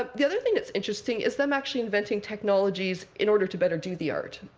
ah the other thing that's interesting is them actually inventing technologies in order to better do the art,